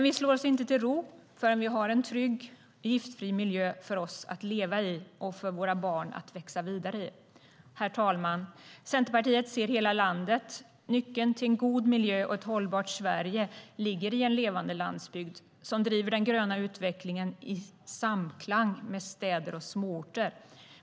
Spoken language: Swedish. Vi slår oss dock inte till ro förrän vi har en trygg, giftfri miljö för oss att leva i och för våra barn att växa vidare i. Herr talman! Centerpartiet ser hela landet. Nyckeln till en god miljö och ett hållbart Sverige ligger i en levande landsbygd som driver den gröna utvecklingen i samklang med städer och småorter.